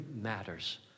matters